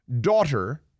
daughter